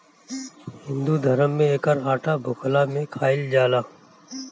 हिंदू धरम में एकर आटा भुखला में खाइल जाला